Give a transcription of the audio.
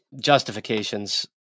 justifications